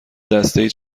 دستهای